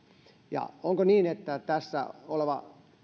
ja onko niin että tässä oleva